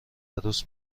عروس